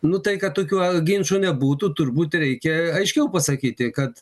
nu tai kad tokių a ginčų nebūtų turbūt reikia aiškiau pasakyti kad